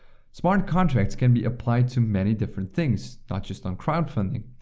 smart contracts can be applied to many different things, not just on crowdfunding.